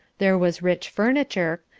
there was rich furniture,